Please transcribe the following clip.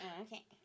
Okay